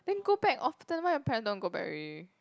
then go back often why your parent don't want go back already